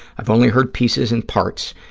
i've only heard pieces and parts,